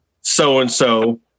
so-and-so